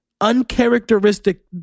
uncharacteristic